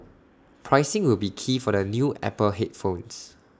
pricing will be key for the new Apple headphones